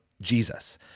Jesus